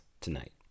tonight